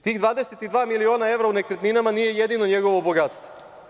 Tih 22 miliona evra u nekretninama nije jedino njegovo bogatstvo.